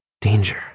Danger